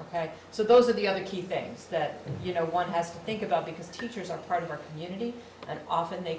ok so those are the other key things that you know one has to think about because teachers are part of our community and often they